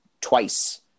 twice